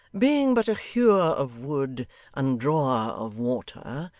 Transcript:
being but a hewer of wood and drawer of water,